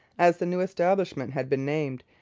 as the new establishment had been named,